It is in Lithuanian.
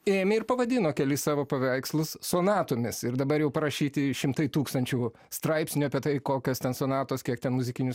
ėmė ir pavadino kelis savo paveikslus sonatomis ir dabar jau parašyti šimtai tūkstančių straipsnių apie tai kokios ten sonatos kiek ten muzikinių